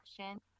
action